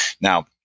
now